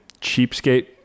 cheapskate